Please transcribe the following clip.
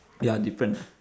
ya different